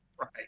Right